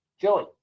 Joey